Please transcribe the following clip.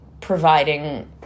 providing